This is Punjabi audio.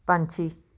ਪੰਛੀ